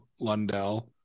Lundell